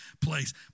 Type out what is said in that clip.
place